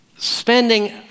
Spending